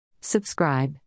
Subscribe